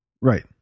Right